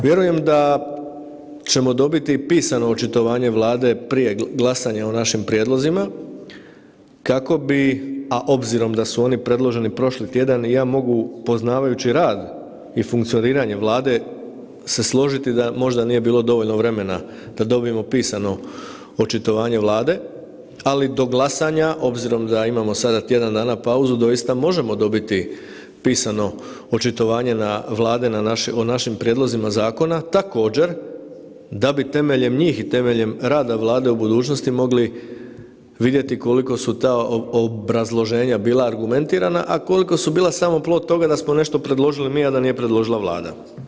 Vjerujem da ćemo dobiti i pisano očitovanje Vlade prije glasanja o našim prijedlozima, kako bi, a obzirom da su oni predloženi prošli tjedan i ja mogu poznavajući rad i funkcioniranje Vlade se složiti da možda nije bilo dovoljno vremena da dobijemo pisano očitovanje Vlade, ali do glasanja obzirom da imamo sada tjedan dana pauzu doista možemo dobiti pisano očitovanje Vlade o našim prijedlozima zakona također da bi temeljem njih i temeljem rada Vlade u budućnosti mogli vidjeti koliko su ta obrazloženja bila argumentirana, a koliko su bila samo plod toga da smo nešto predložili mi, a da nije predložila Vlada.